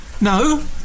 no